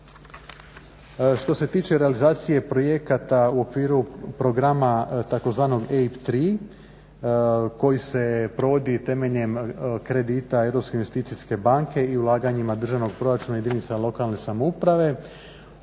Što se tiče realizacije projekata u okviru programa tzv. EIB 3 koji se provodi temeljem kredita Europske investicijske banka i ulaganjima državnog proračuna jedinice lokalne samouprave,